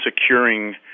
securing